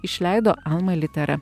išleido alma litera